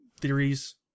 theories